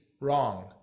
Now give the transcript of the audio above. wrong